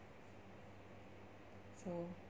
so